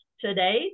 today